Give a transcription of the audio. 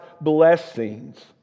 blessings